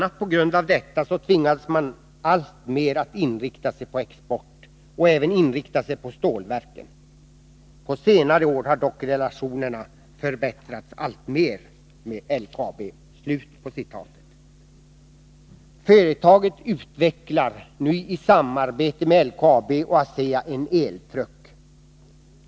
a. på grund av detta så tvingades man alltmer att inrikta sig på export och även inrikta sig på stålverken. På senare år har dock relationerna förbättrats alltmer inom LKAB.” Företaget utvecklar nu i samarbete med LKAB och ASEA en eltruck.